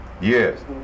Yes